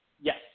yes